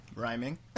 Rhyming